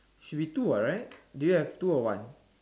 should be two right do you have two or one